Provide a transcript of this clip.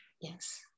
Yes